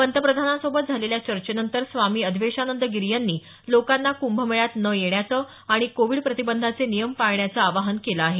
पंतप्रधानांसोबत झालेल्या चर्चेनंतर स्वामी अधवेशानंद गिरी यांनी लोकांना कुंभमेळ्यात न येण्याचं आणि कोविड प्रतिबंधाचे नियम पाळण्याचं आवाहन केलं आहे